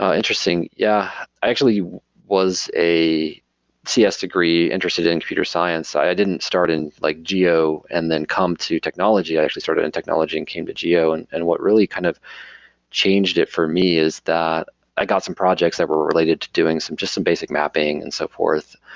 ah interesting. yeah. i actually was a cs degree interested in computer science. i didn't start in like geo and then come to technology. i actually started sort of in technology and came to geo. and and what really kind of changed it for me is that i got some projects that were related to doing some just some basic mapping and so forth.